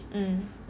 mm